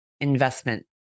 investment